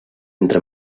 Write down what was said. entre